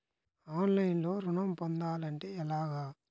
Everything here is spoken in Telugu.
ఆన్లైన్లో ఋణం పొందాలంటే ఎలాగా?